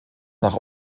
nach